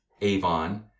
avon